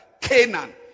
Canaan